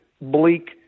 bleak